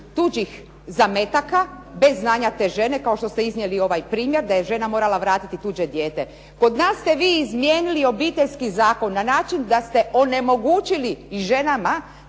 tuđih zametaka, bez znanja te žene, kao što ste iznijeli ovaj primjer da je žena morala vratiti tuđe dijete. Kod nas ste vi izmijenili Obiteljski zakon na način da ste onemogućili i ženama